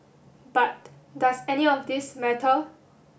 but does any of this matter